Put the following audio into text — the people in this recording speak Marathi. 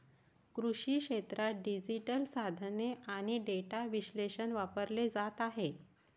कृषी क्षेत्रात डिजिटल साधने आणि डेटा विश्लेषण वापरले जात आहे